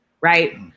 right